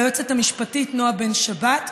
ליועצת המשפטית נועה בן שבת,